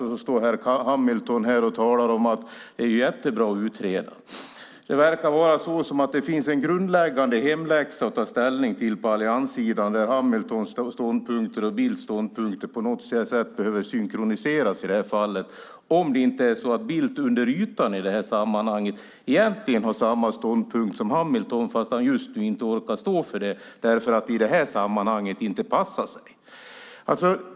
Då står herr Hamilton här och talar om att frågan ska utredas. Det verkar finnas en grundläggande hemläxa att ta ställning till på allianssidan där Hamiltons och Bildts ståndpunkter på något sätt behöver synkroniseras, om inte Bildt under ytan egentligen har samma ståndpunkt som Hamilton fast han just nu inte orkar stå för den därför att det i det här sammanhanget inte passar sig.